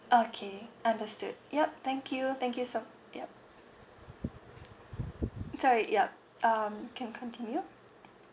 okay understood yup thank you thank you so yup sorry yup um can continue